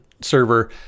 server